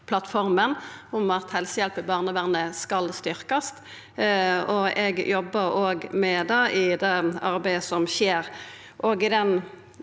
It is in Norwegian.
om at helsehjelp i barnevernet skal styrkjast, og eg jobbar òg med det i det arbeidet som skjer